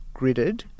gridded